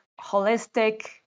holistic